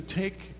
take